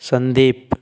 Sandeep